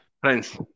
Friends